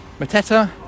Mateta